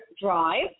Drive